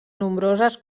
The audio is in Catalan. nombroses